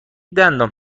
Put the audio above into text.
دندان